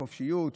חופשיות,